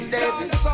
David